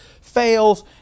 fails